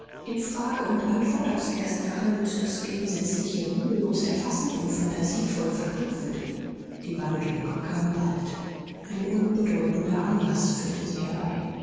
in frage und antwort aus erster hand das gegensätzliche mühelos erfassend und phantasievoll verknüpfend die wandlung kam bald ein unbedeutender anlaß führte sie herbei